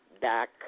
back